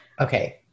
Okay